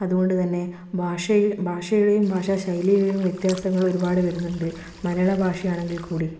അതുകൊണ്ടുതന്നെ ഭാഷയുടെയും ഭാഷാ ശൈലിയിലെയും വ്യത്യാസങ്ങൾ ഒരുപാട് വരുന്നുണ്ട് മലയാള ഭാഷയാണെങ്കിൽക്കൂടി